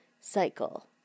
cycle